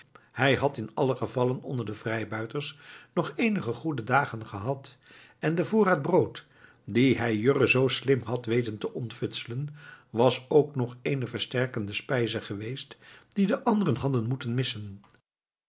hij had in alle gevallen onder de vrijbuiters nog eenige goede dagen gehad en de voorraad brood dien hij jurrie zoo slim had weten te ontfutselen was ook nog eene versterkende spijze geweest die de anderen hadden moeten missen